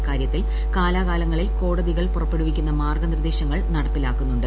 ഇക്കാര്യത്തിൽ കാലാകാലങ്ങളിൽ കോടതികൾ പുറപ്പെടുവിക്കുന്ന മാർഗ്ഗനിർദ്ദേശങ്ങൾ നടപ്പിലാക്കുന്നുണ്ട്